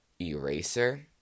eraser